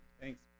Thanks